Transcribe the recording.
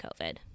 COVID